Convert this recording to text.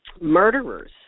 murderers